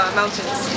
mountains